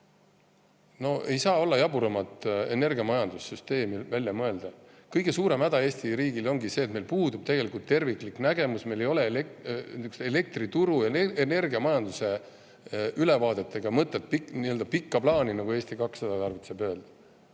No ei saa jaburamat energiamajandussüsteemi välja mõelda! Kõige suurem häda ongi Eesti riigil see, et meil puudub terviklik nägemus. Meil ei ole elektrituru, energiamajanduse ülevaadet ega nii-öelda pikka plaani, nagu Eesti 200 tarvitseb öelda.